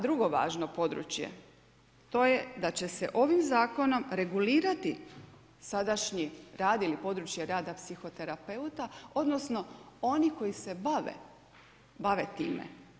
Drugo važno područje to je da će se ovim zakonom regulirati sadašnji rad ili područje rada psihoterapeuta, odnosno oni koji se bave, bave time.